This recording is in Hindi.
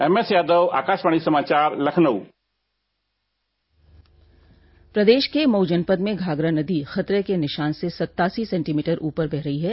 एम एस यादव आकाशवाणी समाचार लखनऊ प्रदेश के मऊ जनपद में घाघरा नदी खतरे के निशान से सत्तासी सेंटीमीटर ऊपर बह रही है